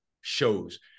shows